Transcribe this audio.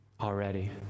Already